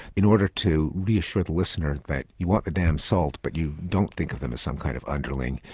in order to reassure the listener that you want the damn salt but you don't think of them as some kind of underling,